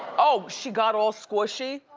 oh, she got all squishy,